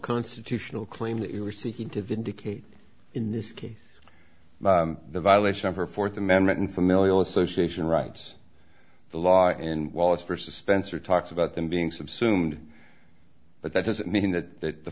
constitutional claim that you were seeking to vindicate in this case the violation of her fourth amendment and familial association rights the law and wallace for suspense or talks about them being subsumed but that doesn't mean that th